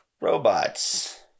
robots